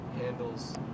Handles